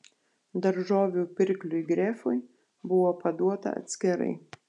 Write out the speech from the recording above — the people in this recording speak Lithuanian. daržovių pirkliui grefui buvo paduota atskirai